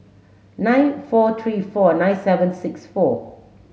nine four three four nine seven six four